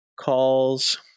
calls